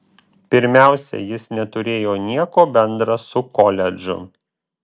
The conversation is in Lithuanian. pirmiausia jis neturėjo nieko bendra su koledžu